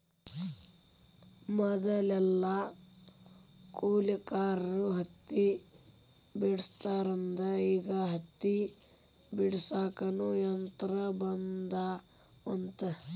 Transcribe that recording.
ಮದಲೆಲ್ಲಾ ಕೂಲಿಕಾರರ ಹತ್ತಿ ಬೆಡಸ್ತಿದ್ರ ಈಗ ಹತ್ತಿ ಬಿಡಸಾಕುನು ಯಂತ್ರ ಬಂದಾವಂತ